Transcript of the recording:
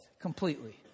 completely